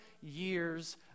years